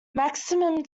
maximum